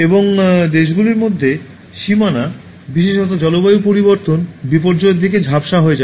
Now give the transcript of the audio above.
এবং দেশগুলির মধ্যে সীমানা বিশেষত জলবায়ু পরিবর্তন বিপর্যয়ের দিকে ঝাপসা হয়ে যাবে